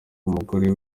umugore